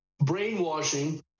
brainwashing